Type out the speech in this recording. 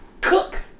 cook